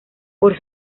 por